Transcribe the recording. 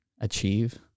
achieve